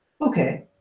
Okay